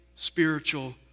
Spiritual